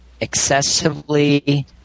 excessively